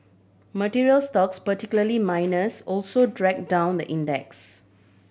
materials stocks particularly miners also drag down the index